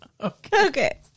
Okay